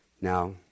Now